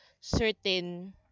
certain